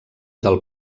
del